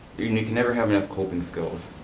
you can never have enough coping skills,